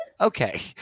okay